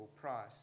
price